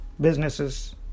businesses